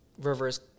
reverse